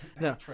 No